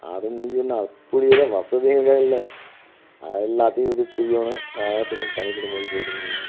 அட நீ ஒன்றும் அப்படியெல்லான் வசதிகளுக்காக இல்லை அது எல்லாத்தையும் இழுத்துகிட்டு திரியோணும் அனாலதான் சரி நம்ம தனிப்பட்ட முறையில் போயிவிட்டு வந்துர்லாம்